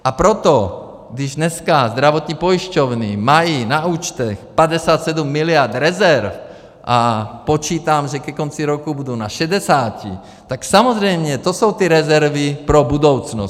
A proto když dneska zdravotní pojišťovny mají na účtech 57 miliard rezerv, a počítám, že ke konci roku budou na šedesáti, tak samozřejmě to jsou ty rezervy pro budoucnost.